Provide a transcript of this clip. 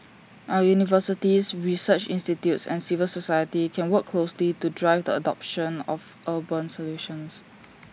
our universities research institutes and civil society can work closely to drive the adoption of urban solutions